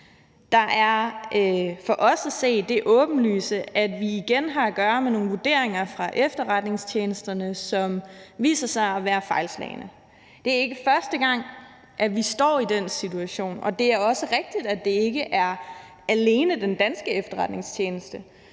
Der er for os at se det åbenlyse, at vi igen har at gøre med nogle vurderinger fra efterretningstjenesterne, som viser sig at være fejlslagne. Det er ikke første gang, at vi står i den situation, og det er også rigtigt, at det ikke alene var den danske efterretningstjeneste,